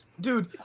Dude